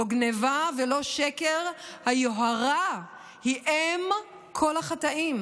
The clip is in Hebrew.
לא גנבה ולא שקר, היוהרה היא אם כל החטאים,